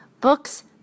books